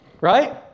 Right